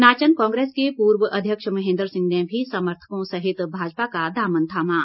नाचन कांग्रेस के पूर्व अध्यक्ष महेन्द्र सिंह ने भी समर्थकों सहित भाजपा का दामन थामा